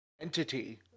entity